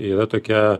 yra tokia